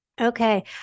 Okay